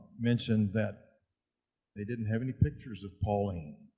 mentioned that they didn't have any pictures of pauline.